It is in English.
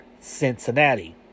Cincinnati